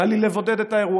קל לי לבודד את האירוע.